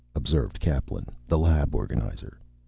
observed kaplan, the lab organizer.